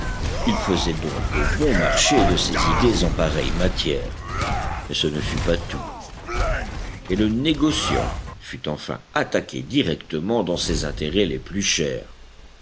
il faisait donc bon marché de ses idées en pareille matière mais ce ne fut pas tout et le négociant fut enfin attaqué directement dans ses intérêts les plus chers